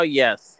yes